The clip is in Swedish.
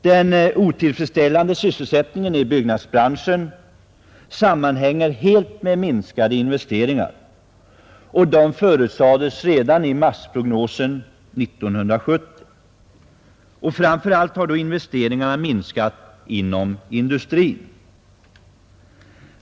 Den otillfredsställande sysselsättningen i byggnadsbranschen sammanhänger helt med minskade investeringar, och de förutsades redan i marsprognosen 1970. Framför allt har investeringarna minskat inom industrin.